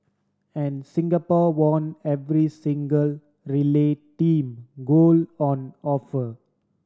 and Singapore won every single relay team gold on offer